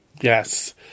Yes